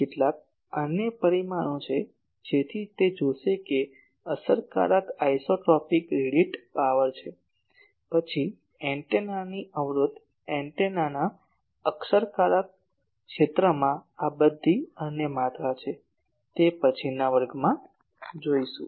કેટલાક અન્ય કેટલાક પરિમાણો છે જેથી તે જોશે કે અસરકારક આઇસોટ્રોપિક રેડિએટ પાવર છે પછી એન્ટેનાની અવરોધ એન્ટેનાના અસરકારક ક્ષેત્રમાં આ બધી અન્ય માત્રા છે તે પછીના વર્ગમાં જોઈશુ